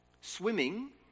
swimming